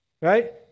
Right